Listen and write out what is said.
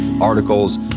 articles